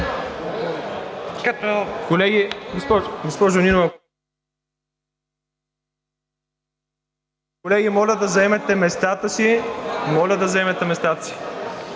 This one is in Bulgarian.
Колеги, моля да заемете местата си.